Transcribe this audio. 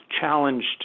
challenged